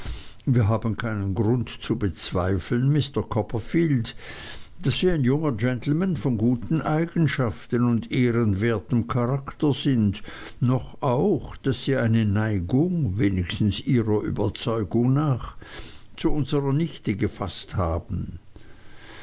wir haben keinen grund zu bezweifeln mr copperfield daß sie ein junger gentleman von guten eigenschaften und ehrenwertem charakter sind noch auch daß sie eine neigung wenigstens ihrer überzeugung nach zu unserer nichte gefaßt haben